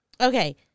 Okay